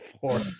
four